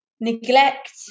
neglect